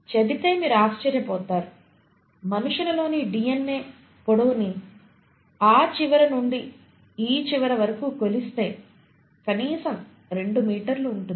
చెబితే మీరు ఆశ్చర్యపోతారు మనుషులలోని డిఎన్ఏ పొడవుని ని ఆ చివర నుండి ఈ చివరి వరకు కొలిస్తే కనీసం రెండు మీటర్ల ఉంటుంది